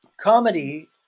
Comedy